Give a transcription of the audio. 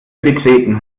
betreten